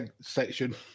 section